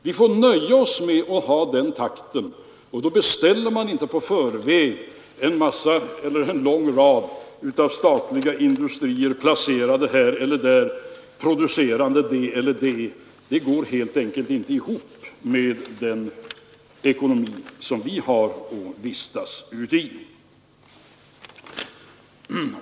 Vi får nöja oss med att ha den takten, och då beställer vi inte i förväg en lång rad statliga industrier, placerade här eller där, producerande det eller det. Det går helt enkelt inte ihop med den ekonomi vi har att vistas uti.